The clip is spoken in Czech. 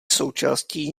součástí